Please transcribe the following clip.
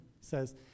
says